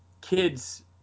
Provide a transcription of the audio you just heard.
kids